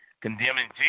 condemning